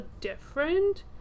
different